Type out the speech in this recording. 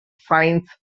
science